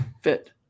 fit